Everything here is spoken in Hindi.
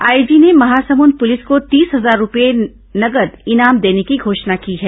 आईजी ने महासमुंद पुलिस को तीस हजार रूपए नगर इनाम देने की घोषणा की है